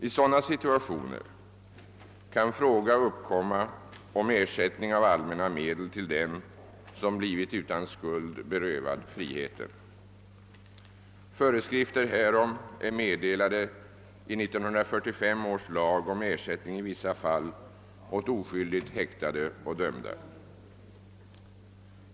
I sådana situationer kan fråga uppkomma om ersättning av allmänna medel till den som blivit utan skuld berövad friheten. Föreskrifter härom är meddelade i 1945 års lag om ersättning i vissa fall åt oskyldigt häktade eller dömda m.fl.